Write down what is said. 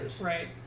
right